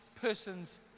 person's